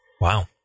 Wow